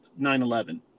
9-11